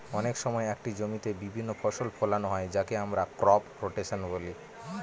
অনেক সময় একটি জমিতে বিভিন্ন ফসল ফোলানো হয় যাকে আমরা ক্রপ রোটেশন বলি